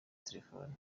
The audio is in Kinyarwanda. telefoni